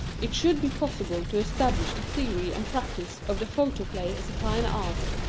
it should be possible to establish the theory and practice of the photoplay as a fine art.